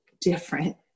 different